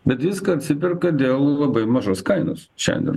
bet viską atsiperka dėl labai mažos kainos šiandien